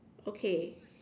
okay